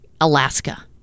alaska